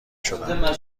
شدم